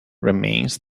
remains